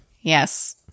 Yes